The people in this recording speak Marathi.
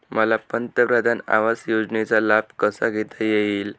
मला पंतप्रधान आवास योजनेचा लाभ कसा घेता येईल?